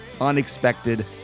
unexpected